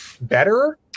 better